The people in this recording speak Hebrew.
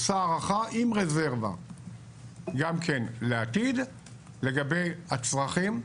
עושה הערכה עם רזרבה גם כן לעתיד לגבי הצרכים,